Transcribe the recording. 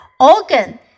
Organ